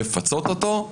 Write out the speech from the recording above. לפצות אותו,